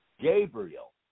Gabriel